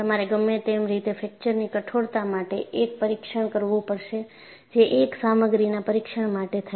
તમારે ગમે તેમ રીતે ફ્રેકચરની કઠોરતા માટે એક પરીક્ષણ કરવું પડશે જે એક સામગ્રીના પરીક્ષણ માટે થાય છે